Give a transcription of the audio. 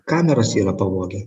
kameras yra pavogę